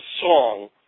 song